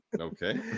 okay